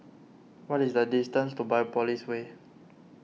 what is the distance to Biopolis Way